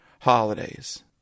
holidays